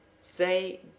say